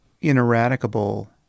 Ineradicable